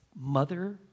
mother